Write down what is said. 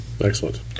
excellent